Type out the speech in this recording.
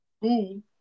school